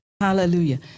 Hallelujah